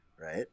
right